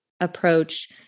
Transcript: approach